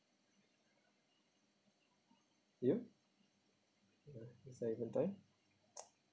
you is there even time